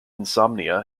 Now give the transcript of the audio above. insomnia